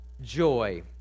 joy